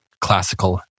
classical